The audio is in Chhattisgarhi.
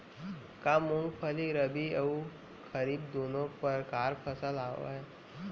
का मूंगफली रबि अऊ खरीफ दूनो परकार फसल आवय?